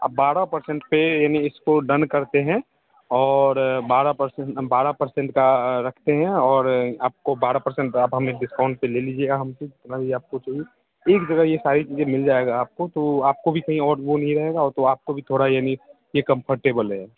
आप बारह पर्सेंट पर यानी इसको डन करते हैं और बारह पर्सेंट बारह पर्सेंट का रखते हैं और आपको बारह पर्सेंट आप हमें डिस्काउंट पर लीजिएगा हम से जितना भी आपको चाहिए एक जगह ये सारी चीज़ें मिल जाएगा आपको तो आपको भी कहीं और वो नहीं रहेगा तो आपको भी थोड़ा यानी ये कम्फर्टेबल रहेगा